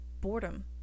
boredom